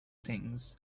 things